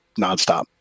nonstop